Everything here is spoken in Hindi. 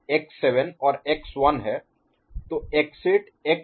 तो x8 x7 और x1 तो x 8 x 7 और 1 यह 1 है